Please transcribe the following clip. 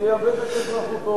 יאבד את אזרחותו.